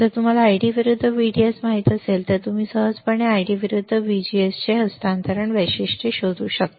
जर तुम्हाला आयडी विरुद्ध व्हीडीएस माहित असेल तर तुम्ही सहजपणे आयडी विरुद्ध व्हीजीएसची हस्तांतरण वैशिष्ट्ये शोधू शकता